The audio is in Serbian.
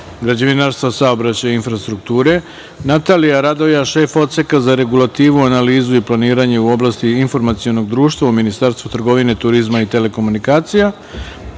građevinarstva, saobraćaja i infrastrukture, Natalija Radoja, šef Odseka za regulativu, analizu i planiranje u oblasti informacionog društva u Ministarstvu trgovine, turizma i telekomunikacija